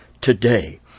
today